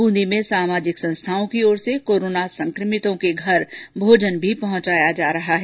बूंदी में सामाजिक संस्थाओं की ओर से कोरोना संक्रमितों के घर भोजन भी पहंचाया जा रहा है